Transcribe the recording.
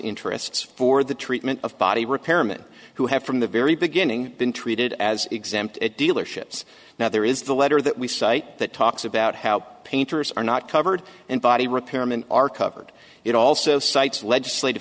interests for the treatment of body repairmen who have from the very beginning been treated as exempt dealerships now there is the letter that we cite that talks about how painters are not covered in body repairmen are covered it also cites legislative